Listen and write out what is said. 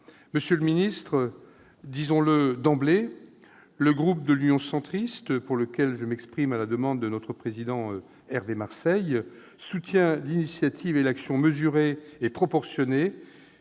Monsieur le ministre, disons-le d'emblée : le groupe Union Centriste, pour lequel je m'exprime à la demande de notre président Hervé Marseille, soutient l'initiative et l'action mesurées et proportionnées